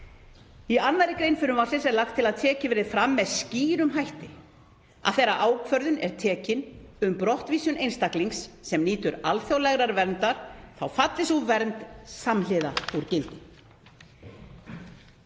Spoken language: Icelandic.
Í 2. gr. frumvarpsins er lagt til að tekið verði fram með skýrum hætti að þegar ákvörðun er tekin um brottvísun einstaklings sem nýtur alþjóðlegrar verndar, þá falli sú vernd samhliða úr gildi.“